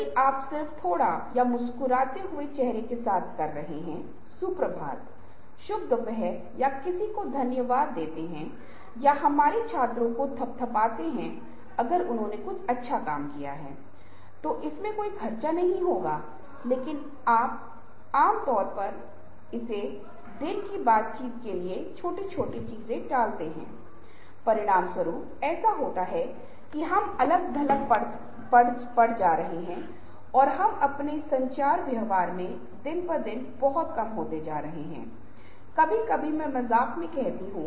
और जब आप नौकरी कर रहे होते हैं तो आप सुबह के शेड्यूल का मूल्यांकन करते हैं कि आप क्या करने जा रहे हैं फिर से उस दिन के अंत में जब आप भी मूल्यांकन करते हैं और पुनर्मूल्यांकन करते हैं इसका मतलब है आप क्या करने जा रहे हैं यह पुनर्मूल्यांकन करने की मैं क्या कर रहा हूं